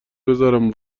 بذارم